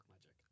magic